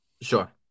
Sure